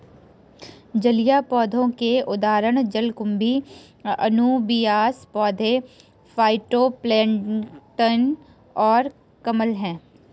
जलीय पौधों के उदाहरण जलकुंभी, अनुबियास पौधे, फाइटोप्लैंक्टन और कमल हैं